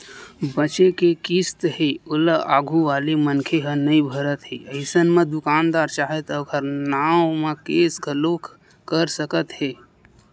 बचें के किस्त हे ओला आघू वाले मनखे ह नइ भरत हे अइसन म दुकानदार चाहय त ओखर नांव म केस घलोक कर सकत हे